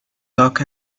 lock